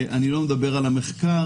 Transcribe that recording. ואני לא מדבר על המחקר,